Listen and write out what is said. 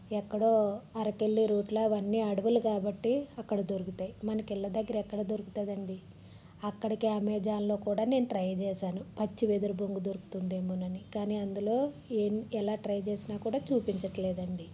వె ఎక్కడో అరకు వెళ్ళే రూట్లో అవన్నీ అడవులు కాబట్టి అక్కడ దొరుకుతాయి మనకు ఇళ్ళ దగ్గర ఎక్కడ దొరుకుతుంది అండి అక్కడికి అమెజాన్లో కూడా నేను ట్రై చేశాను పచ్చి వెదురు బొంగు దొరుకుతుంది ఏమోనని కానీ అందులో ఏం ఎలా ట్రై చేసినా కూడా చూపించటం లేదు అండి